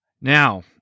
Now